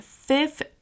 fifth